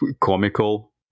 comical